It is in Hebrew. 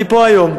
אני פה היום.